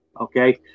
okay